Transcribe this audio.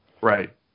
Right